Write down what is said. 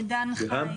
עו"ד דן חי,